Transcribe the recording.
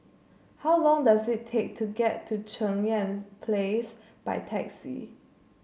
how long does it take to get to Cheng Yan Place by taxi